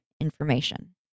information